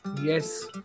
Yes